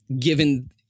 given